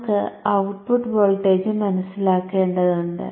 നമുക്ക് output voltage മനസ്സിലാക്കേണ്ടതുണ്ട്